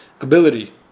ability